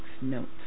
notes